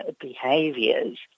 behaviors